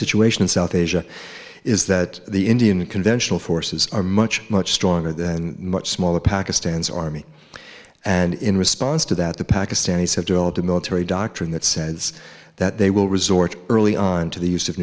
situation in south asia is that the indian conventional forces are much much stronger than much smaller pakistan's army and in response to that the pakistanis have developed a military doctrine that says that they will resort to the use of